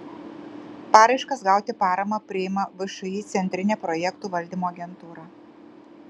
paraiškas gauti paramą priima všį centrinė projektų valdymo agentūra